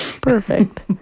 Perfect